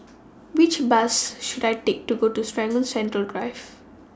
Which Bus should I Take to Serangoon Central Drive